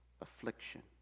affliction